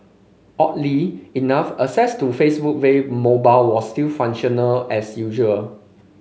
oddly enough access to Facebook via mobile was still functional as usual